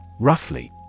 Roughly